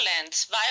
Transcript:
violence